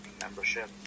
membership